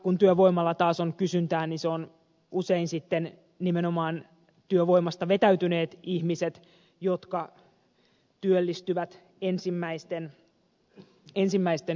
kun työvoimalla taas on kysyntää niin ne ovat usein sitten nimenomaan työvoimasta vetäytyneet ihmiset jotka työllistyvät ensimmäisten joukossa